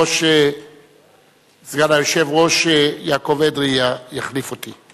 סגן היושב-ראש יעקב אדרי יחליף אותי.